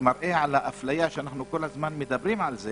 שמראה על האפליה שאנו כל הזמן מדברים עליה